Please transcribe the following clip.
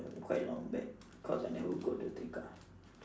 that quite long back cause I never go to tekka